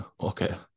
okay